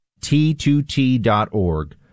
T2T.org